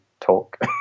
talk